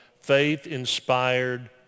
faith-inspired